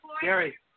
Gary